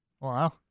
Wow